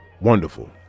Wonderful